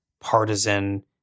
partisan